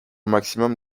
maximum